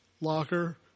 locker